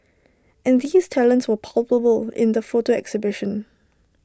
and these talents were palpable in the photo exhibition